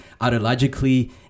ideologically